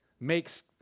Makes